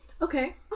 okay